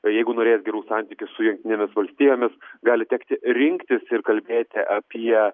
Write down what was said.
jeigu norės gerų santykių su jungtinėmis valstijomis gali tekti rinktis ir kalbėti apie